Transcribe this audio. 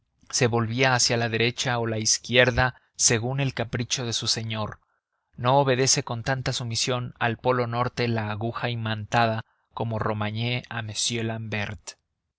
se volvía hacia la derecha o la izquierda según el capricho de su señor no obedece con tanta sumisión al polo norte la aguja imantada como romagné a m l'ambert